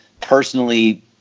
personally